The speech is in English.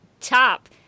top